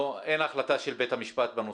אין החלטה של בית המשפט בנושא.